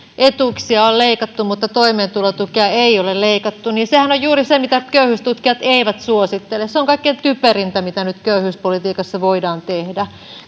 etuuksia on leikattu mutta toimeentulotukea ei ole leikattu niin sehän on juuri se mitä köyhyystutkijat eivät suosittele se on kaikkein typerintä mitä nyt köyhyyspolitiikassa voidaan tehdä